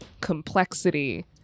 complexity